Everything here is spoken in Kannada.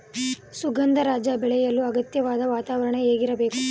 ಸುಗಂಧರಾಜ ಬೆಳೆಯಲು ಅಗತ್ಯವಾದ ವಾತಾವರಣ ಹೇಗಿರಬೇಕು?